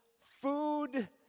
food